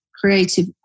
creative